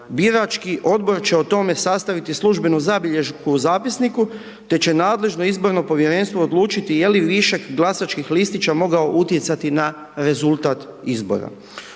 birački odbor će o tome sastaviti službenu zabilješku u zapisniku, te će nadležno izborno povjerenstvo odlučiti je li višak glasačkih listića mogao utjecati na rezultat izbora.